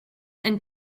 and